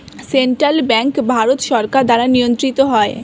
central bank Bharat সরকার দ্বারা নিয়ন্ত্রিত হয়